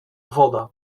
woda